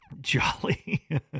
Jolly